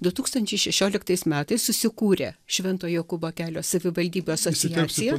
du tūkstančiai šešioliktais metais susikūrė švento jokūbo kelio savivaldybių asociacija